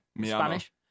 Spanish